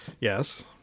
Yes